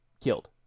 killed